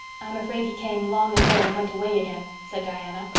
i'm afraid he came long ago and went away again, said diana.